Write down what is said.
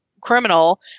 criminal